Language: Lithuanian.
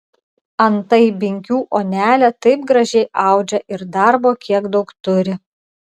antai binkių onelė taip gražiai audžia ir darbo kiek daug turi